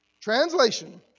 Translation